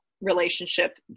relationship